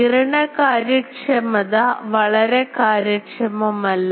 വികിരണ കാര്യക്ഷമത വളരെ കാര്യക്ഷമമല്ല